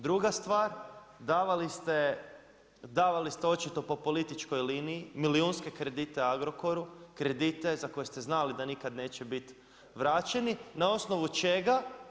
Druga stvar, davali ste očito po političkoj liniji, milijunske kredite Agrokoru, kredite za koje ste znali da nikada neće biti vraćeni, na osnovu čega?